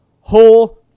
whole